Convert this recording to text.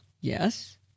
Yes